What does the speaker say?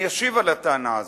אני אשיב על הטענה הזאת.